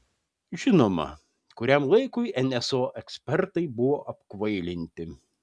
žinoma kuriam laikui nso ekspertai buvo apkvailinti